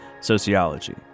Sociology